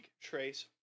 trace